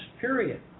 period